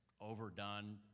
overdone